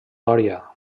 loira